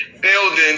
building